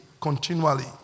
continually